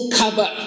cover